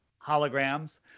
holograms